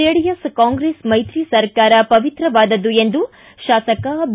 JDS Congress ಮೈತ್ರಿ ಸರ್ಕಾರ ಪವಿತ್ರವಾದದ್ದು ಎಂದು ಶಾಸಕ ಬಿ